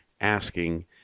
asking